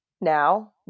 now